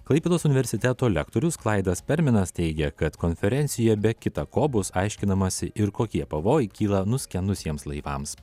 klaipėdos universiteto lektorius klaidas perminas teigia kad konferencijoj be kita ko bus aiškinamasi ir kokie pavojai kyla nuskendusiems laivams